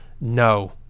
no